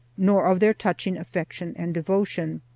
nor of their touching affection and devotion.